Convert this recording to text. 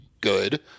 good